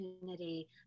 opportunity